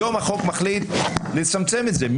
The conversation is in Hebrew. היום החוק מחליט לצמצם את זה.